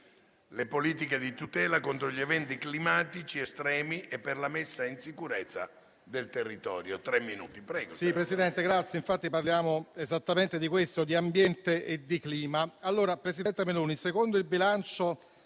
politiche di tutela contro gli eventi climatici estremi e per la messa in sicurezza del territorio,